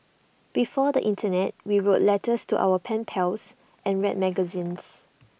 before the Internet we wrote letters to our pen pals and read magazines